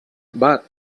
but